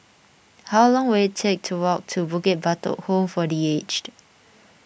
how long will it take to walk to Bukit Batok Home for the Aged